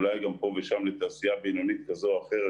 אולי גם פה ושם לתעשייה בינונית כזו או אחרת